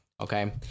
Okay